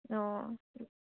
অঁ